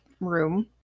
room